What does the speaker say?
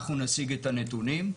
אנחנו נציג את הנתונים.